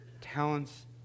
talents